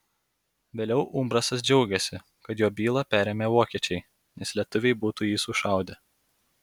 vėliau umbrasas džiaugėsi kad jo bylą perėmė vokiečiai nes lietuviai būtų jį sušaudę